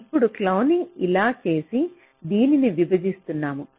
ఇప్పుడు క్లోనింగ్ ఇలా చేసి దీనిని విభజిస్తున్నము